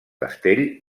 castell